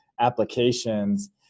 applications